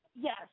Yes